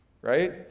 right